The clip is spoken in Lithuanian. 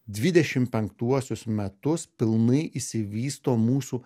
dvidešim penktuosius metus pilnai išsivysto mūsų